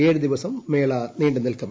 ഏഴു ദിവസം മേള നീണ്ടു നില്ക്കും